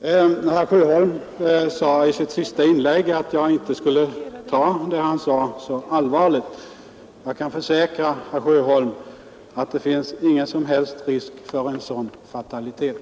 Fru talman! Herr Sjöholm framhöll i sitt senaste inlägg att jag inte skulle ta vad han sade så allvarligt. Jag kan försäkra herr Sjöholm, att det inte finns någon som helst risk för en sådan fatalitet.